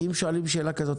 אם שואלים שאלה כזאת,